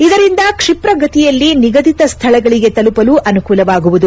ಇದರಿಂದ ಕ್ಷಿಪ್ರ ಗತಿಯಲ್ಲಿ ನಿಗದಿತ ಸ್ಥಳಗಳಿಗೆ ತಲುಪಲು ಅನುಕೂಲವಾಗುವುದು